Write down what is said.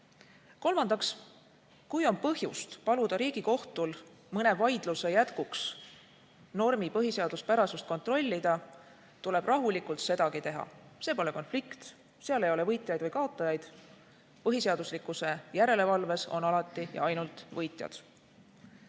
kohustus. Kui on põhjust paluda Riigikohtul mõne vaidluse jätkuks normi põhiseaduspärasust kontrollida, tuleb rahulikult sedagi teha, see pole konflikt, seal ei ole võitjaid ega kaotajaid, põhiseaduslikkuse järelevalves on alati ja ainult võitjad.